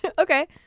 Okay